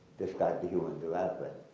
described the human development.